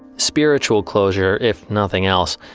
spiritual closure if nothing else.